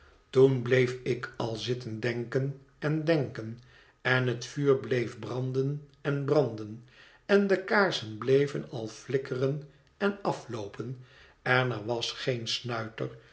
toen bleef ik al zitten denken en denken en het vuur bleef branden en branden en de kaarsen bleven al flikkeren en afloopenden er was geen snuiter